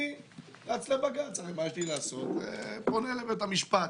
אני רץ לבג"ץ, מה יש לי לעשות, פונה לבית המשפט.